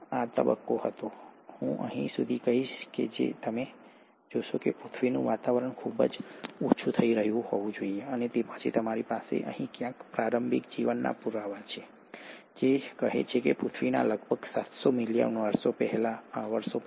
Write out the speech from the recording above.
આ તબક્કો હતો હું અહીં સુધી કહીશ તમે જોશો કે પૃથ્વીનું વાતાવરણ ખૂબ જ ઓછું થઈ રહ્યું હોવું જોઈએ અને પછી તમારી પાસે અહીં ક્યાંક પ્રારંભિક જીવનના પુરાવા છે જે કહે છે કે પૃથ્વીના લગભગ સાતસો મિલિયન વર્ષો પછી